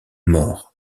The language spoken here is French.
mort